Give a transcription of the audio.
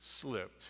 slipped